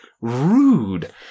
Rude